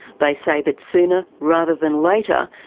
they say that sooner rather than later,